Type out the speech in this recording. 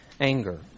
anger